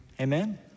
amen